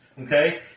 Okay